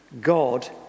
God